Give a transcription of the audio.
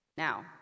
Now